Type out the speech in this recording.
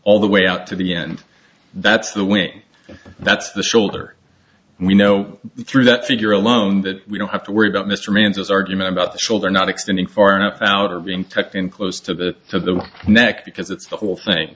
all the way out to the end that's the wing that's the shoulder and we know through that figure alone that we don't have to worry about mr man's argument about the shoulder not extending far enough out of being tucked in close to that of the neck because it's the whole thing